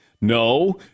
No